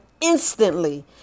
instantly